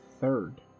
third